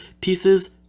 pieces